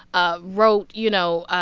ah wrote you know,